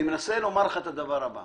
אני מנסה לומר לך את הדבר הבא: